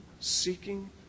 seeking